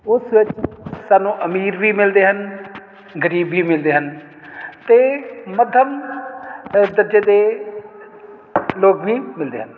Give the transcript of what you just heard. ਉਸ ਵਿੱਚ ਸਾਨੂੰ ਅਮੀਰ ਵੀ ਮਿਲਦੇ ਹਨ ਗਰੀਬ ਵੀ ਮਿਲਦੇ ਹਨ ਅਤੇ ਮੱਧਮ ਦਰਜੇ ਦੇ ਲੋਕ ਵੀ ਮਿਲਦੇ ਹਨ